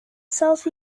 south